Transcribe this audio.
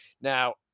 Now